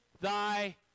thy